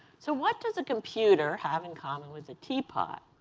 so what does a computer have in common with a teapot?